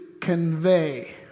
convey